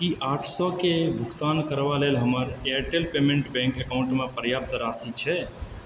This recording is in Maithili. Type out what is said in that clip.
की आठ सएके भुगतान करबा लेल हमर एयरटेल पेमेन्ट बैङ्क अकाउण्ट मे पर्याप्त राशि छै